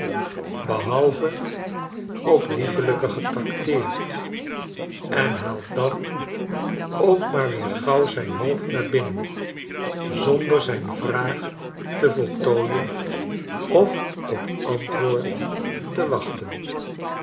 behalve op liefelijke getrakteerd en haalt dan ook maar weer gauw zijn hoofd naar binnen zonder zijn vraag te voltooien of op antwoord te wachten